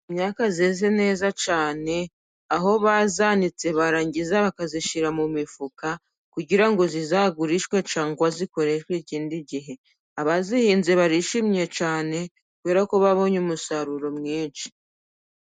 Imyaka yeze neza cyane. Aho bayanitse barangiza bakayishyira mu mifuka kugira ngo zizagurishwe cyangwa zikoreshwe ikindi gihe. Abayihinze barishimye cyane kubera ko babonye umusaruro mwinshi.